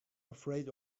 afraid